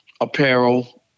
apparel